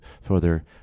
further